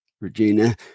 Regina